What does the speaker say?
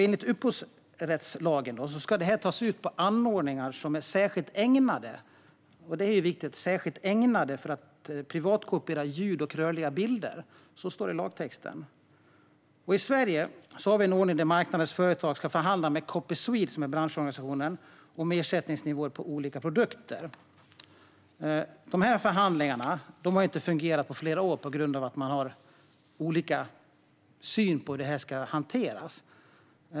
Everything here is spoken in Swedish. Enligt upphovsrättslagen ska ersättningen tas ut på anordningar som är - och detta är viktigt - särskilt ägnade för att privatkopiera ljud och rörliga bilder. Så står det i lagtexten. I Sverige har vi en ordning där marknadens företag ska förhandla med branschorganisationen Copyswede om ersättningsnivåer på olika produkter. Förhandlingarna har dock inte fungerat på flera år på grund av att man har olika syn på hur detta ska hanteras.